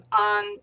on